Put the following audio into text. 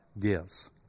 gives